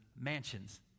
mansions